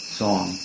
song